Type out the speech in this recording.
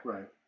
Right